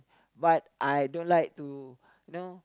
but I don't like to you know